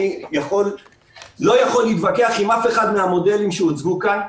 אני לא יכול להתווכח עם אף אחד מן המודלים שהוצגו כאן.